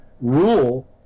rule